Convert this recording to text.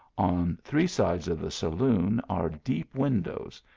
on three sides of the saloon, are deep windows,